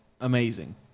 amazing